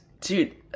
dude